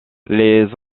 les